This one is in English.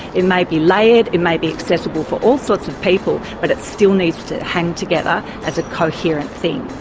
it may be layered, it may be accessible for all sorts of people, but it still needs to hang together as a coherent thing.